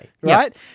right